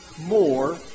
more